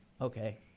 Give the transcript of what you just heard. Okay